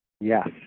yes